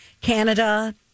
Canada